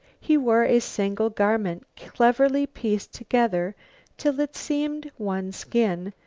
he wore a single garment, cleverly pieced together till it seemed one skin,